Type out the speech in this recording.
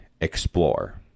explore